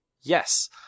Yes